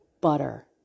Butter